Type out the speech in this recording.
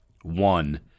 one